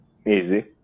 Easy